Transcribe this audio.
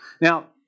Now